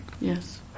Yes